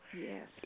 Yes